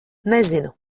nezinu